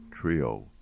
Trio